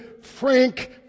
Frank